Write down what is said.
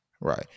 Right